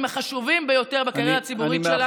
החשובים ביותר בקריירה הציבורית שלה,